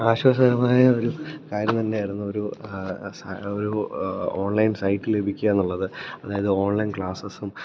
ആശ്വാസകരമായ ഒരു കാര്യം തന്നെയായിരുന്നു ഒരു ഒരു ഓൺലൈൻ സൈറ്റ് ലഭിക്കുക എന്നുള്ളത് അതായത് ഓൺലൈൻ ക്ലാസസും